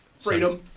Freedom